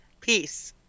Peace